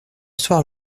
soir